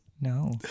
No